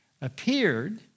appeared